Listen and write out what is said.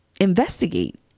investigate